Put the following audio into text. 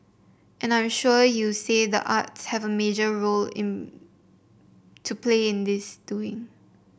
and I'm sure you'll say the arts have a major role to play in this doing